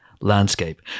landscape